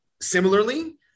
similarly